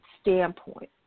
standpoint